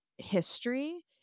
history